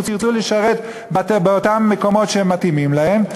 שירצו לשרת באותם מקומות שמתאימים להם.